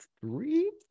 three